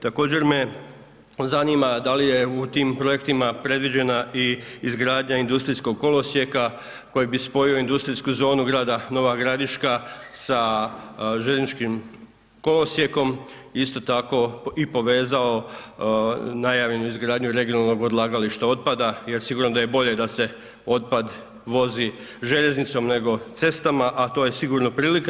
Također me zanima da li je u tim projektima predviđena i izgradnja industrijskog kolosijeka koji bi spojio industrijsku zonu grada Nova Gradiška sa željezničkim kolosijekom, isto tako i povezao najavljenu izgradnju regionalnog odlagališta otpada jer sigurno da je bolje da se otpad vozi željeznicom nego cestama, a to je sigurno prilika.